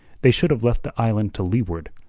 they should have left the island to leeward,